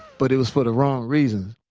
but it was for the wrong reasons.